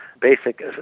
basic